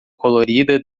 colorida